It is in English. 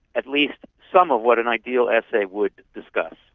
at least some of what an ideal essay would discuss.